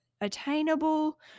attainable